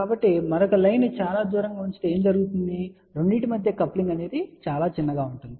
కాబట్టి మరొక లైను ని చాలా దూరంగా ఉంచినట్లయితే ఏమి జరుగుతుంది 2 మధ్య కప్లింగ్ చాలా చిన్నదిగా ఉంటుంది